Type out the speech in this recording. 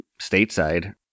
stateside